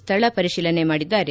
ಸ್ವಳ ಪರಿಶೀಲನೆ ಮಾಡಿದ್ದಾರೆ